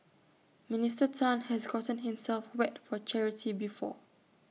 Minister Tan has gotten himself wet for charity before